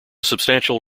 substantial